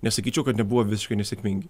nesakyčiau kad nebuvo visiškai nesėkmingi